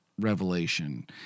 Revelation